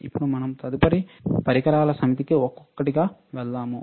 ఇప్పుడు మనము తదుపరి పరికరాల సమితికి ఒక్కొక్కటిగా వెళ్దాము